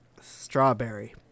strawberry